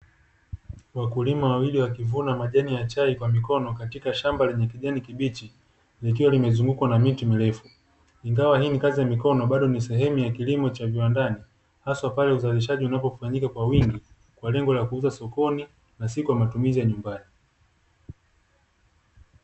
Wakulima wawili wakivuna majani ya chai kwa mikono katika shamba lenye kijani kibichi, likiwa limezungukwa na miti mirefu, ingawa hii ni kazi ya mikono bado ni sehemu ya kilimo cha viwandani, haswa pale uzalishaji unapofanyika kwa wingi, kwa lengo la kuuza sokoni na si kwa matumizi ya nyumbani.